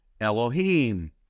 Elohim